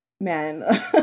man